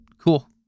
cool